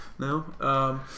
No